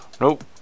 Nope